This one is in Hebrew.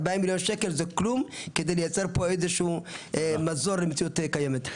4 מיליארד שקל זה כלום כדי לייצר פה איזשהו מזור למציאות קיימת.